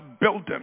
building